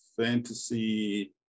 Fantasy